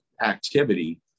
activity